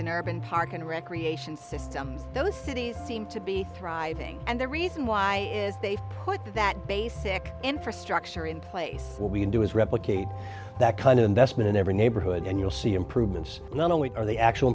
in urban park and recreation systems those cities seem to be thriving and the reason why is they've put that basic infrastructure in place what we can do is replicate that kind of investment in every neighborhood and you'll see improvements not only are they actual